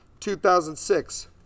2006